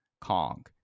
Kong